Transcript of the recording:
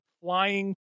flying